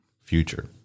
future